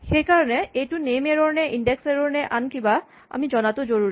সেইকাৰণে এইটো name error নে ইনডেক্স এৰ'ৰ নে আনকিবা আমি জনাটো জৰুৰী